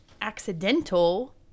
accidental